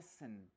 Listen